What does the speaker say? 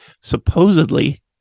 Supposedly